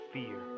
fear